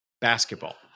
basketball